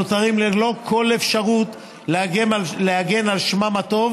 הנותרים ללא כל אפשרות להגן על שמם הטוב